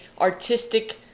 artistic